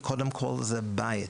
וקודם כל זה בית,